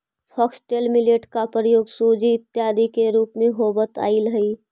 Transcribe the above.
foxtail millet का प्रयोग सूजी इत्यादि के रूप में होवत आईल हई